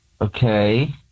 Okay